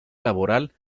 laboral